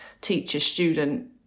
teacher-student